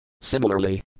Similarly